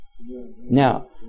Now